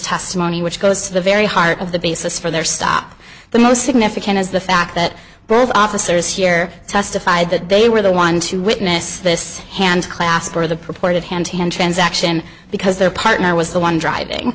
testimony which goes to the very heart of the basis for their stop the most significant is the fact that both officers here testified that they were the one to witness this hand class where the purported hand hand transaction because their partner was the one driving